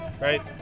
right